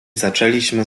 zaczęliśmy